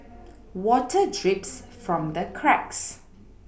water drips from the cracks